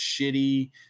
shitty